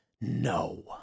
no